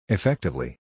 Effectively